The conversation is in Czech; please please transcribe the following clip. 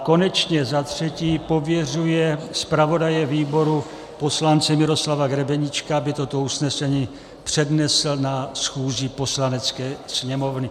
Konečně zatřetí pověřuje zpravodaje výboru poslance Miroslava Grebeníčka, aby toto usnesení přednesl na schůzi Poslanecké sněmovny.